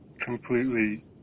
completely